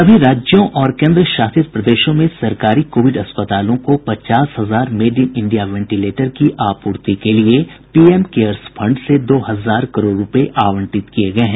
सभी राज्यों और केंद्र शासित प्रदेशों में सरकारी कोविड अस्पतालों को पचास हजार मेड इन इंडिया वेंटीलेटर की आपूर्ति के लिए पीएम केअर्स फंड से दो हजार करोड़ रूपये आवंटित किए गए हैं